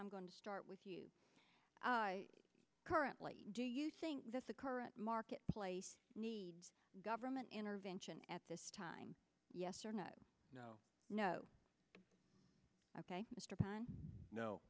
i'm going to start with you currently do you think that the current marketplace needs government intervention at this time yes or no no no ok mr